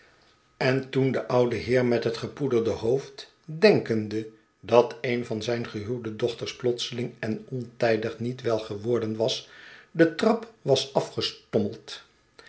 en toen de oude heer met fip sohetsen van boz m hi bet gepoederde hoofd denkende dat een van zijn gehuwde doehters plotseling en ontijdig niet wel geworden was de trap was